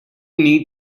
need